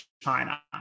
China